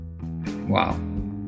Wow